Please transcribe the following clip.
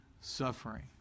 suffering